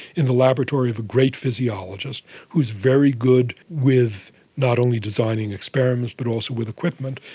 in the laboratory of a great physiologist who was very good with not only designing experiments but also with equipment.